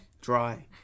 Dry